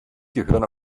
gehören